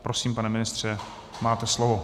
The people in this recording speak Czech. Prosím, pane ministře, máte slovo.